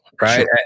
right